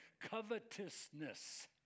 covetousness